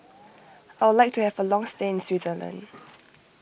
I would like to have a long stay in Switzerland